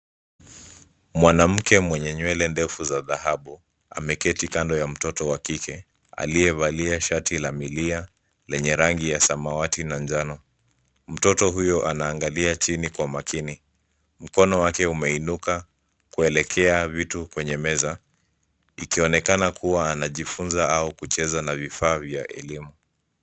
Mwanamke mwenye nywele ndefu za dhahabu, ameketi kando ya mtoto wa kike, aliyevalia shati la milia lenye rangi ya samawati na njano. Mtoto huyo anaangalia chini kwa makini. Mkono wake umeinuka kuelekea vitu kwenye meza ikionekana kuwa anajifunza au kucheza na vifaa vya elimu.